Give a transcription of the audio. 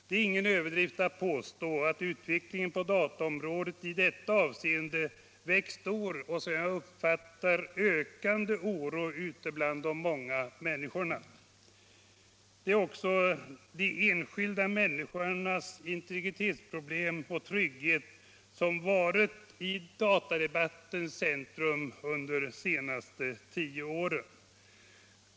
Det är ingen överdrift att påstå att utvecklingen på dataområdet i detta avseende väckt stor och ökande oro ute bland de många människorna. Det är också de enskilda människornas integritetsproblem och trygghet som varit i datadebattens centrum under de senaste tio åren.